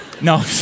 No